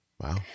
Wow